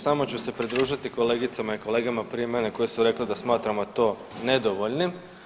Samo ću se pridružiti kolegicama i kolegama prije mene koje su rekle da smatramo to nedovoljnim.